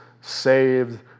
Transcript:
saved